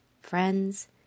Friends